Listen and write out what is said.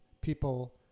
People